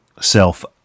self